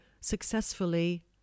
successfully